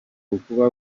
ukaba